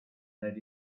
that